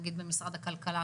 נגיד במשרד הכלכלה,